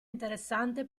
interessante